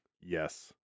yes